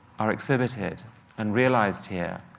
are exhibited and realized here